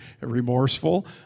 remorseful